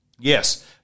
Yes